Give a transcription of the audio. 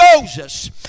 Moses